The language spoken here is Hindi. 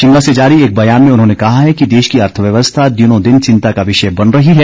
शिमला से जारी एक बयान में उन्होंने कहा है कि देश की अर्थव्यवस्था दिनों दिन चिंता का विषय बन रही है